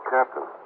Captain